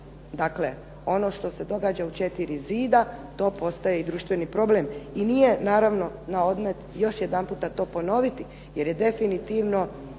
Dakle, ono što se događa u četiri zida to postaje i društveni problem i nije naravno na odmet još jedanputa to ponoviti, jer je definitivno